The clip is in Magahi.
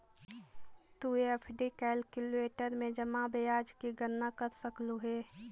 तु एफ.डी कैलक्यूलेटर में जमा ब्याज की गणना कर सकलू हे